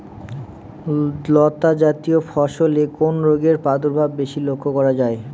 লতাজাতীয় ফসলে কোন রোগের প্রাদুর্ভাব বেশি লক্ষ্য করা যায়?